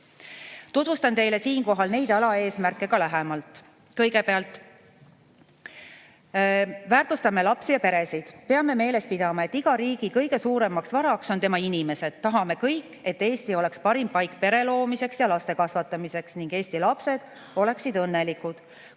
Tutvustan teile siinkohal neid alaeesmärke ka lähemalt. Kõigepealt, me väärtustame lapsi ja peresid. Peame meeles pidama, et iga riigi kõige suuremaks varaks on tema inimesed. Tahame kõik, et Eesti oleks parim paik pere loomiseks ja laste kasvatamiseks ning et Eesti lapsed oleksid õnnelikud,